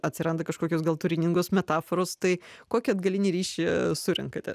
atsiranda kažkokios gal turiningos metaforos tai kokį atgalinį ryšį surenkate